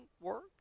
work